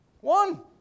One